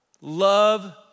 love